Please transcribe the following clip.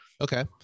Okay